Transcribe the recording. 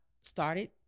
started